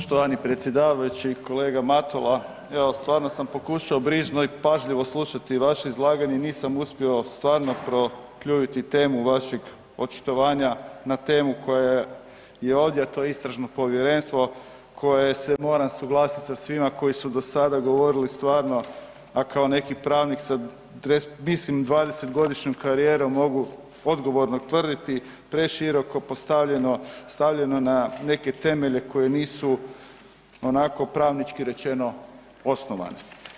Poštovani predsjedavajući, kolega Matula evo stvarno sam pokušao brižno i pažljivo slušati vaše izlaganje i nisam uspio prokljuviti temu vašeg očitovanja na temu koja je ovdje, a to je istražno povjerenstvo koje se moram suglasiti sa svima koji su do sada govorili stvarno, a kao neki pravnik sa mislim dvadeset godišnjom karijerom mogu odgovorno tvrditi preširoko postavljeno, stavljeno na neke temelje koji nisu onako pravnički rečeno osnovane.